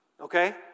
Okay